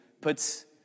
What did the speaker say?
puts